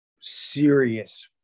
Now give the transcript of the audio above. serious